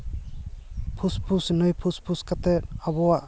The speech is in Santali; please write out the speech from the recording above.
ᱯᱷᱩᱥ ᱯᱷᱩᱥ ᱱᱟᱹᱭ ᱯᱷᱩᱥ ᱯᱷᱩᱥ ᱠᱟᱛᱮ ᱟᱵᱚᱣᱟᱜ